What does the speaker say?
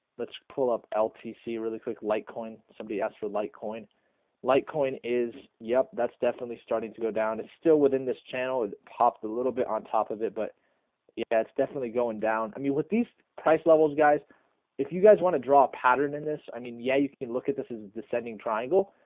let's pull up ltc really quick light coin somebody asks for light coin litecoin is yep that's definitely starting to go down it's still within this channel it popped a little bit on top of it, but yeah, it's definitely going down i mean with these price levels guys if you guys want to draw a pattern in this i mean yeah you can look at this is the sending triangle,